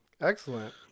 excellent